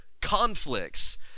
conflicts